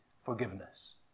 forgiveness